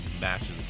matches